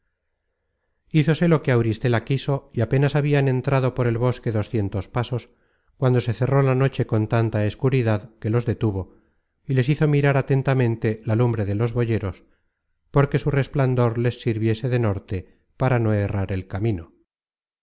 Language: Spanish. hízose lo que auristela quiso y apenas habian entrado por el bosque doscientos pasos cuando se cerró la noche con tanta escuridad que los detuvo y les hizo mirar atentamente la lumbre de los boyeros porque su resplandor les sirviese de norte para no errar el camino las